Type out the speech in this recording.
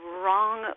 wrong